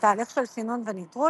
בתהליך של סינון וניטרול,